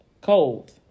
cold